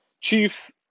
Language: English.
Chiefs